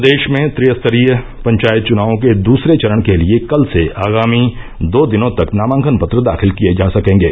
प्रदेश में त्रिस्तरीय पंचायत चुनावों के दूसरे चरण के लिये कल से आगामी दो दिनों तक नामांकन पत्र दाखिल किये जा सकेंगे